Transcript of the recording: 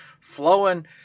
flowing